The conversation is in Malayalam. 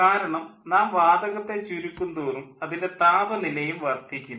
കാരണം നാം വാതകത്തെ ചുരുക്കുന്തോറും അതിൻ്റെ താപനിലയും വർദ്ധിക്കുന്നു